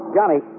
Johnny